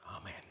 amen